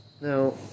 now